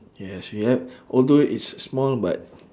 yes it like although it's small but